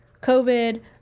COVID